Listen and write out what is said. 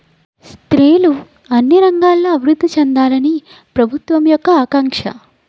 స్త్రీలు అన్ని రంగాల్లో అభివృద్ధి చెందాలని ప్రభుత్వం యొక్క ఆకాంక్ష